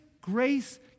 grace